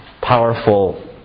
powerful